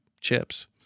chips